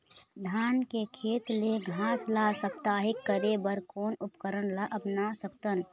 धान के खेत ले घास ला साप्ताहिक करे बर कोन उपकरण ला अपना सकथन?